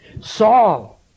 Saul